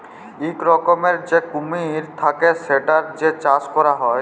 ইক রকমের যে কুমির থাক্যে সেটার যে চাষ ক্যরা হ্যয়